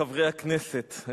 חברי הכנסת,